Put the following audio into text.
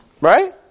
Right